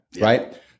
Right